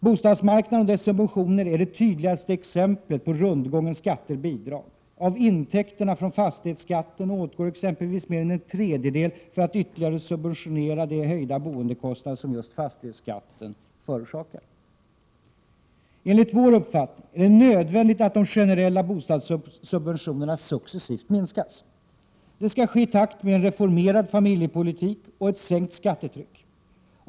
Bostadsmarknaden och dess subventioner är det tydligaste exemplet på rundgången skatter-bidrag. Av intäkterna från fastighetsskatten åtgår exempelvis mer än en tredjedel för att ytterligare subventionera de höjda boendekostnader som just fastighetsskatten förorsakar. Enligt vår uppfattning är det nödvändigt att de generella bostadssubventionerna successivt minskas. Det skall ske i takt med en reformerad familjepolitik och ett sänkt skattetryck.